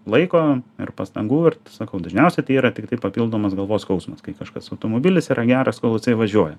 laiko ir pastangų ir sakau dažniausiai tai yra tiktai papildomas galvos skausmas kai kažkas automobilis yra geras kol jisai važiuoja